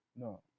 no